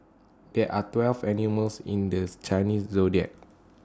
there are twelve animals in The S Chinese Zodiac